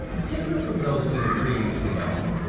different from those we have previously known,